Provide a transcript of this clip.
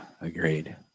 agreed